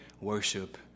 worship